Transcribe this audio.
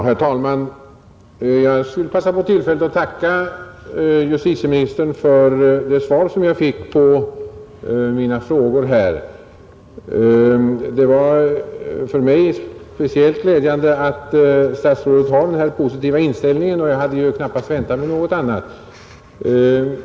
Herr talman! Jag skulle vilja passa på tillfället att tacka justitieministern för det svar jag fick på mina frågor. Det var för mig speciellt glädjande att höra att statsrådet har denna positiva inställning — jag hade knappast väntat mig något annat.